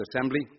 Assembly